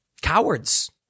cowards